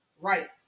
Right